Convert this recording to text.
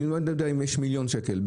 אני לא יודע אם יש מיליון שקל,